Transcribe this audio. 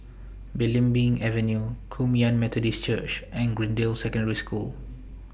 Belimbing Avenue Kum Yan Methodist Church and Greendale Secondary School